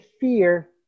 fear